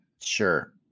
sure